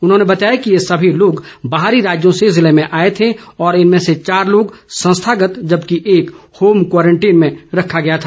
उन्होंने बताया कि ये सभी लोग बाहरी राज्यों से जिले में आए थे और इनमें से चार लोग संस्थागत जबकि एक होम क्वारंटीन में था